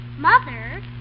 Mother